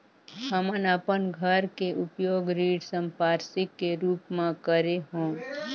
हमन अपन घर के उपयोग ऋण संपार्श्विक के रूप म करे हों